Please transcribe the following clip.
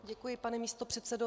Děkuji, pane místopředsedo.